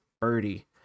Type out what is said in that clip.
birdie